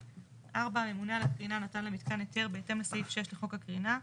(4) הממונה על הקרינה נתן למיתקן היתר בהתאם לסעיף 6 לחוק הקרינה,